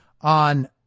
on